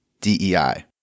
DEI